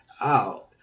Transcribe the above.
out